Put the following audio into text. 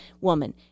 woman